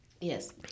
Yes